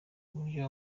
uburyo